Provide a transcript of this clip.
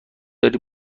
داری